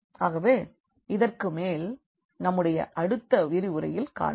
ஆகவே இதற்கு மேல் நம்முடைய அடுத்த விரிவுரையில் காண்போம்